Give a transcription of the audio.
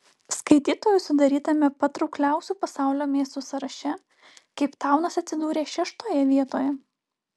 skaitytojų sudarytame patraukliausių pasaulio miestų sąraše keiptaunas atsidūrė šeštoje vietoje